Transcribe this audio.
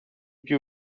più